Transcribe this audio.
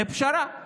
פשרה: